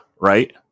right